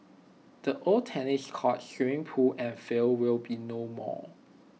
the old tennis courts swimming pool and field will be no more